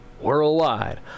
Worldwide